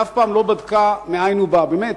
היא אף פעם לא בדקה מאין הוא בא, באמת,